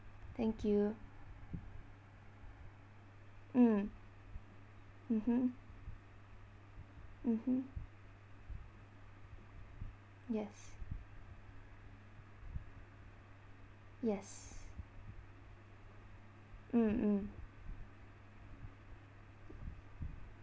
thank you mm mmhmm mmhmm yes yes mm mm